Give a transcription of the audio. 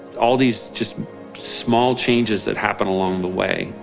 all these just small changes that happen along the way.